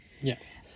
Yes